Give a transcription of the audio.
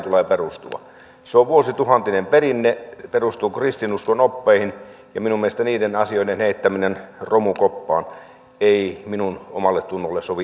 se on vuosituhantinen perinne perustuu kristinuskon oppeihin ja minun mielestäni niiden asioiden heittäminen romukoppaan ei minun omalletunnolleni sovi ei sitten millään